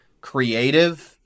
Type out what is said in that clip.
creative